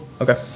Okay